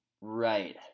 Right